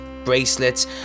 bracelets